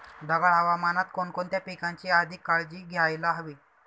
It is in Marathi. ढगाळ हवामानात कोणकोणत्या पिकांची अधिक काळजी घ्यायला हवी?